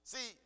See